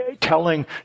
telling